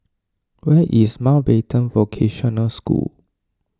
where is Mountbatten Vocational School